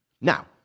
Now